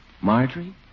Marjorie